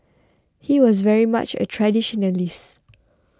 he was very much a traditionalist